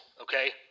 Okay